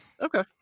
Okay